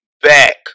back